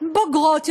בוגרות יותר,